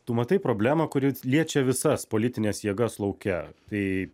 tu matai problemą kuri liečia visas politines jėgas lauke tai